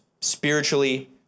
spiritually